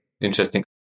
Interesting